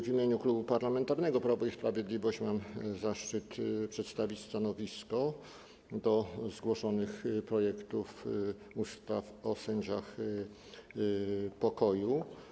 W imieniu Klubu Parlamentarnego Prawo i Sprawiedliwość mam zaszczyt przedstawić stanowisko wobec zgłoszonych projektów ustaw o sędziach pokoju.